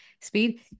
speed